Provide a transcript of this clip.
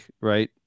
right